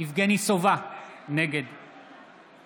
יבגני סובה, נגד